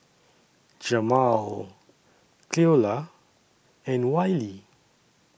Jamaal Cleola and Wiley